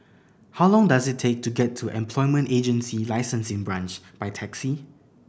how long does it take to get to Employment Agency Licensing Branch by taxi